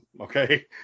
okay